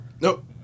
Nope